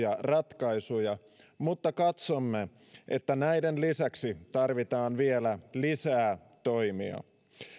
mennessä sovittuja ratkaisuja mutta katsomme että näiden lisäksi tarvitaan vielä lisää toimia